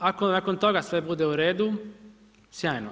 Ako nakon toga sve bude u redu, sjajno.